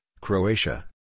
Croatia